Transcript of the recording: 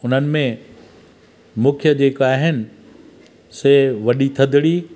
उन्हनि में मुख्यु जेका आहिनि से वॾी थधिड़ी